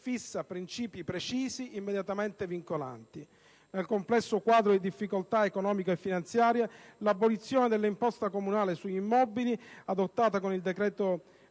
fissa princìpi precisi, immediatamente vincolanti. Nel complesso quadro di difficoltà economico-finanziaria, l'abolizione dell'imposta comunale sugli immobili, adottata con il decreto-legge